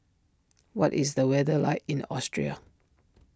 what is the weather like in Austria